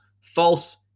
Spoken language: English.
false